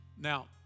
Now